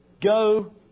Go